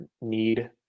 need